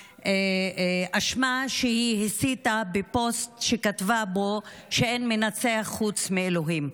האשמה שהיא הסיתה בפוסט שהיא כתבה בו שאין מנצח חוץ מאלוהים.